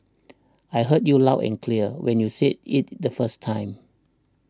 I heard you loud and clear when you said it the first time